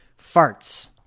farts